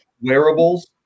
wearables